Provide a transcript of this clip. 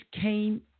came